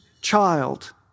child